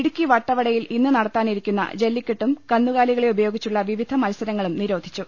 ഇടുക്കി വട്ടവടയിൽ ഇന്ന് നടത്താനിരിക്കുന്ന ജല്ലിക്കെട്ടും കന്നുകാലികളെ ഉപയോഗിച്ചുള്ള വിവിധ മത്സരങ്ങളും നിരോധിച്ചു